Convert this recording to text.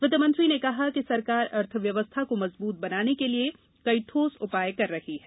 वित्तमंत्री ने कहा कि सरकार अर्थव्यस्था को मजबूत बनाने के लिए कई ठोस उपाय कर रही है